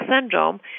syndrome